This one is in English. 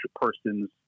person's